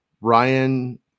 Ryan